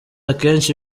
akenshi